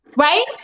right